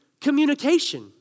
communication